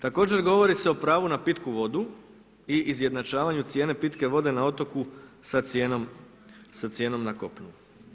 Također govori se o pravu na pitku vodu i izjednačavanju cijene pitke vode na otoku sa cijenom na kopnu.